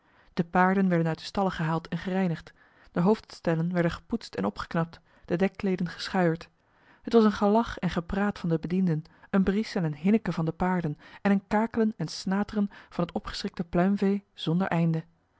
de paarden werden uit de stallen gehaald en gereinigd de hoofdstellen werden gepoetst en opgeknapt de dekkleeden geschuierd het was een gelach en gepraat van de bedienden een brieschen en hinniken van de paarden en een kakelen en snateren van het opgeschrikte pluimvee zonder einde